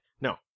No